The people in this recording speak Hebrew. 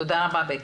תודה רבה, בקי.